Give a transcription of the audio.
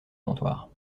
comptoir